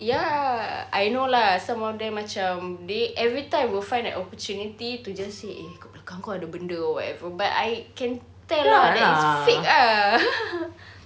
ya I know lah some of them macam they everytime will find an opportunity to just say eh kat belakang kau ada benda or whatever but I can tell lah that is fake lah